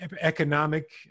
economic